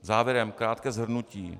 Závěrem krátké shrnutí.